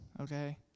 okay